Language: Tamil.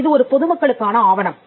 இது ஒரு பொதுமக்களுக்கான ஆவணம்